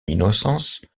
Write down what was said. innocence